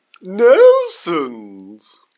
Nelson's